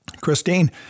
Christine